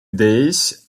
days